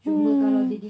hmm